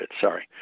sorry